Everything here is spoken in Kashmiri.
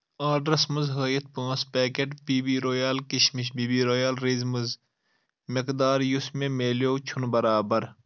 آڈرَس منٛز ہٲیِتھ پانٛژھ پیکٮ۪ٹ بی بی رویال کِشمِش بی بی رویال ریزمز مٮ۪قدار یُس مےٚ مِلیو چھنہٕ برابر